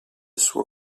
suo